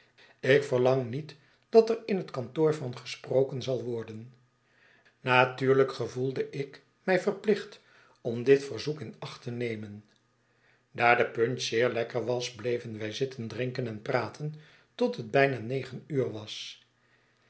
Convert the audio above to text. ik verlang niet dat er in het kantoor van gesproken zal worden natuurlijk gevoelde ik mij verplicht om dit verzoek in acht te nemen daar de punch zeer lekker was bleven wij zitten drinken en praten tot het bijna negen uur was